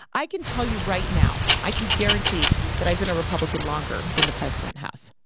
i can tell you right now, i can guarantee that i've been a republican longer than the president has,